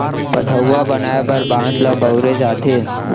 पठअउवा बनाए बर बांस ल बउरे जाथे